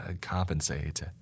compensate